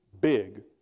big